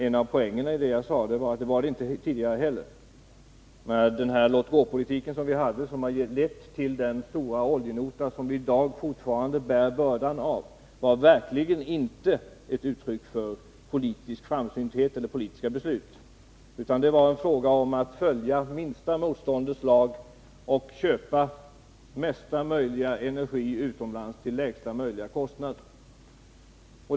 En av poängerna i vad jag sade var att det inte heller tidigare förhöll sig så. Den låt-gå-politik som fördes och som lett till den stora oljenota som vi i dag fortfarande bär bördan av var verkligen inte ett uttryck för politisk framsynthet och riktiga politiska beslut. Det var en fråga om att följa minsta motståndets lag och köpa mesta möjliga energi utomlands till lägsta möjliga kostnad.